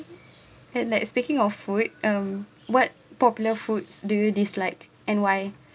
and like speaking of food um what popular foods do you dislike and why